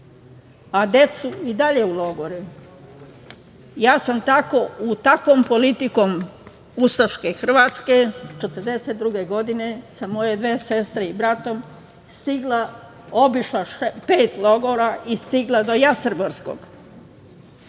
a decu i dalje u logore. Ja sam takvom politikom ustaške Hrvatske 1942. godine, sa moje dve sestre i bratom stigla, obišla pet logora i stigla do Jastreborskog.